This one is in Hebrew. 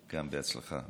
גם בהצלחה.